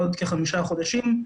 בעוד כחמישה חודשים,